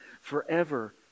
forever